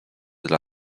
dla